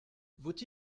vaut